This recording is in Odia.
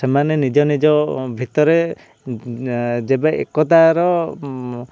ସେମାନେ ନିଜ ନିଜ ଭିତରେ ଯେବେ ଏକତାର